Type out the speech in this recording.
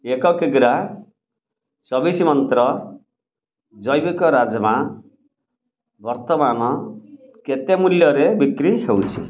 ଏକ କିଗ୍ରା ଚବିଶ ମନ୍ତ୍ର ଜୈବିକ ରାଜ୍ମା ବର୍ତ୍ତମାନ କେତେ ମୂଲ୍ୟରେ ବିକ୍ରି ହେଉଛି